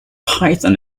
python